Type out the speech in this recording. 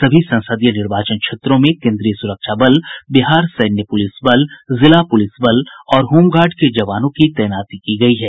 सभी संसदीय निर्वाचन क्षेत्रों में केंद्रीय सुरक्षा बल बिहार सैन्य पुलिस जिला पुलिस बल और होमगार्ड के जवानों की तैनाती की गयी है